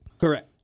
Correct